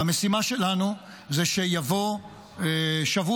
והמשימה שלנו זה שיבוא שבוע,